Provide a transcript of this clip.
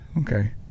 Okay